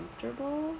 comfortable